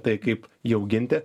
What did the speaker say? tai kaip jį auginti